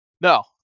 No